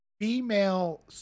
female